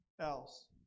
else